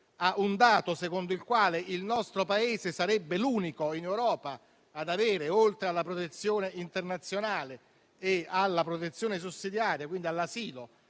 a un dato secondo il quale il nostro Paese sarebbe l'unico in Europa ad avere nell'ordinamento nazionale, oltre alla protezione internazionale e alla protezione sussidiaria (quindi all'asilo),